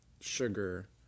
Sugar